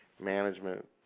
management